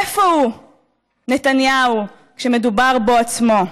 איפה הוא נתניהו כשמדובר בו בעצמו?